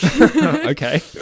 Okay